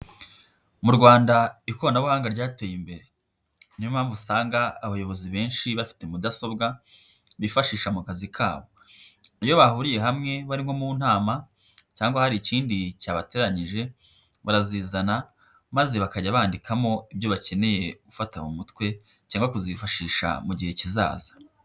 Mu Rwanda ikoranabuhanga ryateye imbere, niyo mpamvu usanga abayobozi benshi bafite mudasobwa bifashisha mu kazi kabo, iyo bahuriye hamwe bari nko mu nama cyangwa hari ikindi cyabateranyije barazizana maze bakajya bandikamo ibyo bakeneye gufata mu mutwe cyangwa kuzifashisha mu gihe kizaza.